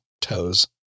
toes